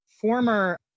former